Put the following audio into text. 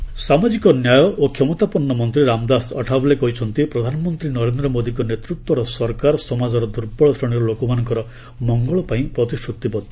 ରାମଦାସ ସାମାଜିକ ନ୍ୟାୟ ଓ କ୍ଷମତାପନ୍ନ ମନ୍ତ୍ରୀ ରାମଦାସ ଅଠାବଲେ କହିଛନ୍ତି ପ୍ରଧାନମନ୍ତ୍ରୀ ନରେନ୍ଦ୍ର ମୋଦିଙ୍କ ନେତୃତ୍ୱର ସରକାର ସମାଜର ଦୂର୍ବଳ ଶ୍ରେଣୀର ଲୋକମାନଙ୍କର ମଙ୍ଗଳ ପାଇଁ ପ୍ରତିଶ୍ରତିବଦ୍ଧ